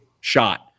shot